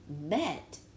met